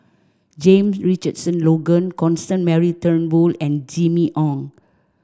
Jame Richardson Logan Constance Mary Turnbull and Jimmy Ong